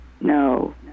no